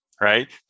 right